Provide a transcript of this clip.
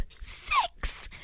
six